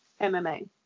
MMA